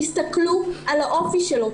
תסתכלו על האופי שלו,